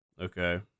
Okay